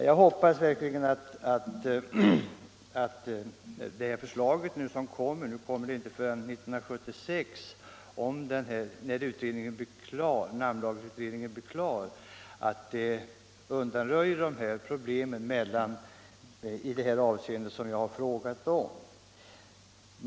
Jag hoppas verkligen att det förslag som kommer 1976, när namnlagsutredningen blir klar, undanröjer de problem som jag har frågat om.